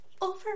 Over